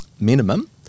minimum